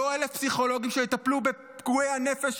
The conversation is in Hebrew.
לא 1,000 פסיכולוגים שיטפלו בפגועי הנפש,